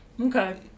Okay